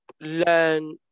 learn